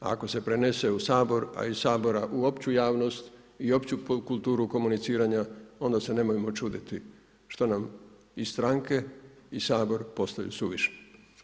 A ako se prenese u Sabor, a iz Sabora u opću javnost i opću kulturu komuniciranja, onda se nemojmo čuditi šta nam i stranke i Sabor postaju suvišni.